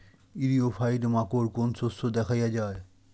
ইরিও ফাইট মাকোর কোন শস্য দেখাইয়া যায়?